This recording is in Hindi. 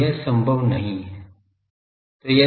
तो यह संभव नहीं है